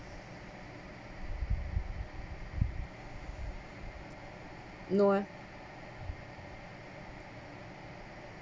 no eh